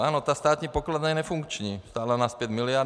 Ano, ta státní pokladna je nefunkční, stála nás 5 mld.